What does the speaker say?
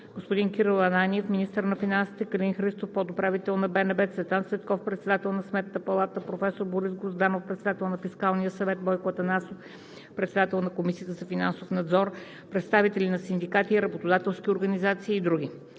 Кирил Ананиев – министър на финансите; Калин Христов – подуправител на БНБ; Цветан Цветков – председател на Сметната палата; професор Борис Грозданов – председател на Фискалния съвет; Бойко Атанасов – председател на Комисията за финансов надзор; представители на синдикатите и работодателските организации, и други.